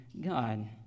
God